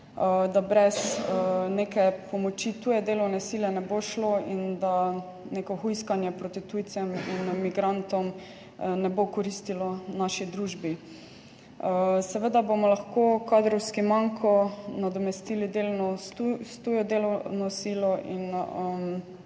da brez neke pomoči tuje delovne sile ne bo šlo in da neko hujskanje proti tujcem in migrantom ne bo koristilo naši družbi. Seveda bomo lahko kadrovski manko nadomestili delno s tujo delovno silo in